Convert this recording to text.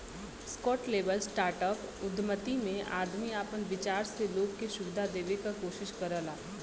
scalable startup उद्यमिता में आदमी आपन विचार से लोग के सुविधा देवे क कोशिश करला